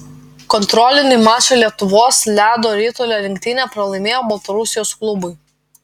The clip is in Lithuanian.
kontrolinį mačą lietuvos ledo ritulio rinktinė pralaimėjo baltarusijos klubui